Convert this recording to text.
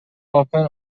often